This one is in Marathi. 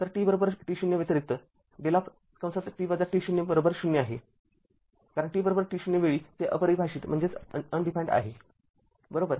तर tt0 व्यतिरिक्त δ ० आहे कारण tt0 वेळी ते अपरिभाषित आहे बरोबर